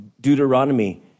Deuteronomy